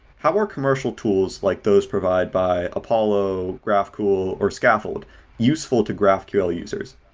how are commercial tools like those provide by apollo, graphcool, or scaffold useful to graphql users?